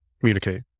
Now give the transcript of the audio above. communicate